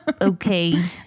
Okay